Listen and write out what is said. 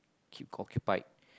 keep occupied